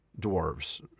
dwarves